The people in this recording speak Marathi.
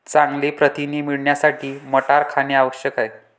चांगले प्रथिने मिळवण्यासाठी मटार खाणे आवश्यक आहे